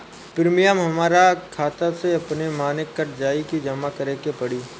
Premium हमरा खाता से अपने माने कट जाई की जमा करे के पड़ी?